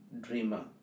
dreamer